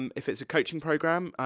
um if it's a coaching programme,